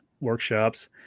workshops